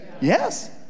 Yes